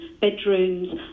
bedrooms